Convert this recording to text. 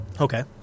Okay